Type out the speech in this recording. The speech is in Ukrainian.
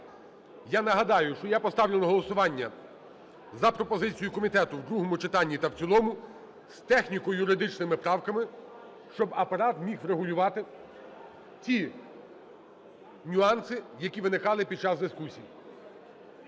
Я нагадаю, що я поставлю на голосування за пропозицією комітету в другому читанні та в цілому з техніко-юридичними правками, щоб Апарат зміг врегулювати ті нюанси, які виникали під час дискусій.